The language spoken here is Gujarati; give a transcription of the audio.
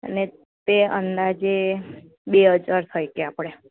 અને તે અંદાજે બે હજાર થય ગયા આપણે